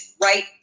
right